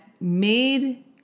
made